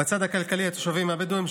בצד הכלכלי התושבים הבדואים,